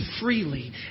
freely